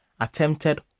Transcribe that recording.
attempted